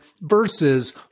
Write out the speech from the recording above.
versus